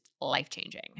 life-changing